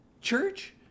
church